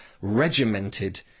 regimented